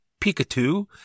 Pikachu